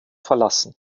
verlassen